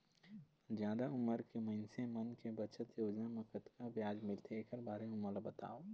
जादा उमर के मइनसे मन के बचत योजना म कतक ब्याज मिलथे एकर बारे म मोला बताव?